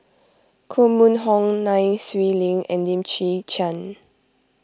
Koh Mun Hong Nai Swee Leng and Lim Chwee Chian